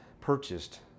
purchased